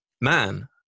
man